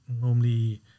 normally